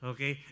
Okay